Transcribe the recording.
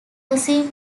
cousin